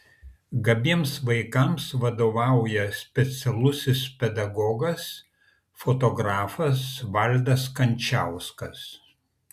gabiems vaikams vadovauja specialusis pedagogas fotografas valdas kančauskas